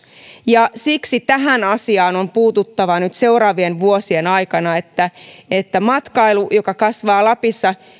ja siksi tähän asiaan on puututtava nyt seuraavien vuosien aikana että että matkailu joka kasvaa lapissa